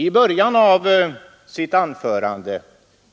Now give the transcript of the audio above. I början av sitt anförande